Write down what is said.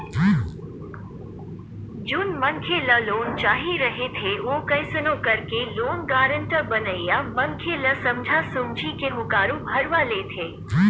जउन मनखे ल लोन चाही रहिथे ओ कइसनो करके लोन गारेंटर बनइया मनखे ल समझा सुमझी के हुँकारू भरवा लेथे